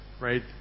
right